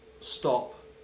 stop